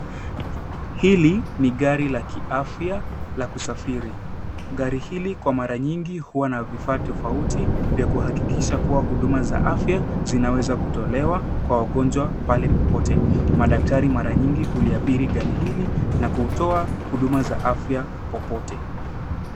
Hili ni gari la kiafya la kusafiri. Gari hili kwa mara nyingi huwa na vifaa tofauti vya kuhakikisha kuwa huduma za afya zinaweza kutolewa kwa wagonjwa pale popote. Madaktari mara nyingi huliabiri gari hili nakutoa huduma za afya popote.